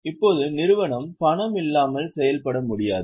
இப்போது நிறுவனம் பணம் இல்லாமல் செயல்பட முடியாது